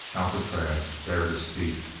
alcatraz bared his teeth,